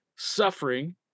suffering